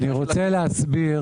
אני רוצה להסביר.